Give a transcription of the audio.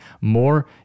more